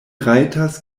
rajtas